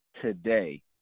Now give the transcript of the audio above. today